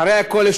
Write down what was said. אחרי הכול,